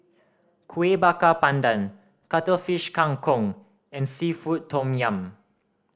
Kueh Bakar Pandan Cuttlefish Kang Kong and seafood tom yum